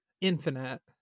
infinite